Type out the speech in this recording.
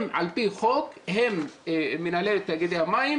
הם על פי חוק מנהלים את תאגידי המים